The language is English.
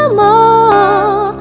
more